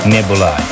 Nebula